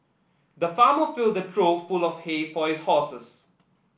the farmer filled a trough full of hay for his horses